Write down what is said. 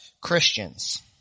Christians